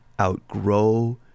outgrow